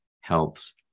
helps